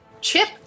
Chip